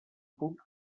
punt